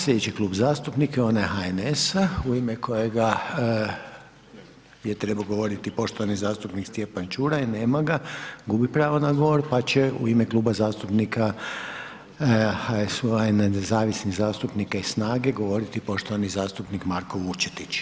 Slijedeći Klub zastupnika je onaj HNS-a u ime kojega je trebao govoriti poštovani zastupnik Stjepan Ćuraj, nema ga, gubi pravo na govor, pa će u ime Kluba zastupnika HSU-a i nezavisnih zastupnika i SNAGE govoriti poštovani zastupnik Marko Vučetić.